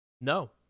no